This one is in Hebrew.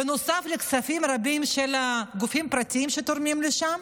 בנוסף לכספים רבים של גופים פרטיים שתורמים להם.